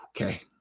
Okay